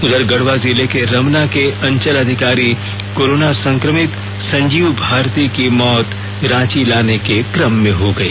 उधर गढ़वा जिले के रमना के अंचल अधिकारी कोरोना संक्रमित संजीव भारती की मौत रांची लाने के क्रम में हो गई